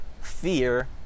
fear